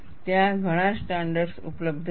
ત્યાં ઘણા સ્ટાન્ડર્ડ્સ ઉપલબ્ધ છે